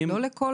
לא לכל